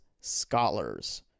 scholars